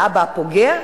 לאבא הפוגע,